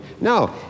No